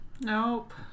Nope